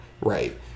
right